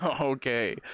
Okay